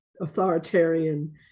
authoritarian